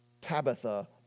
Tabitha